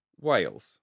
Wales